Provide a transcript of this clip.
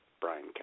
Brian